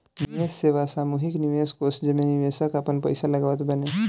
निवेश सेवा सामूहिक निवेश कोष जेमे निवेशक आपन पईसा लगावत बाने